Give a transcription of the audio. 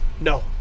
No